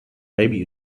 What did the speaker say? maybe